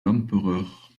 l’empereur